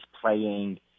playing